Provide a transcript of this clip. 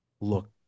look